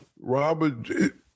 Robert